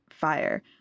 fire